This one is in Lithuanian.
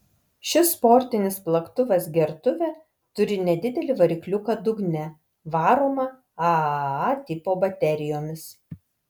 šis sportinis plaktuvas gertuvė turi nedidelį varikliuką dugne varomą aaa tipo baterijomis